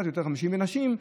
ונשים,